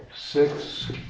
six